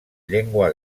llengua